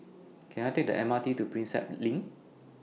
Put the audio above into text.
Can I Take The M R T to Prinsep LINK